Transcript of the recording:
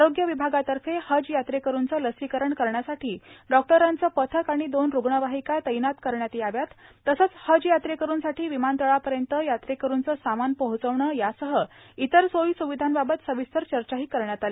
आरोग्य विभागातर्फे हज यात्रेकरूचे लसीकरण करण्यासाठी डॉक्टरांचे पथक आणि दोन रूग्णवाहिका तैनात करण्यात यावे तसंच हज यात्रेकरूंसाठी विमानतळापर्यंत यात्रेकरूंचे सामान पोहोचविणे यासह इतर सोयी स्विधांबाबत सविस्तर चर्चा हि करण्यात आली